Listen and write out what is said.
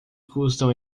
custam